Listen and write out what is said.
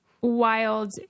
Wild